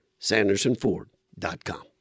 sandersonford.com